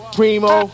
Primo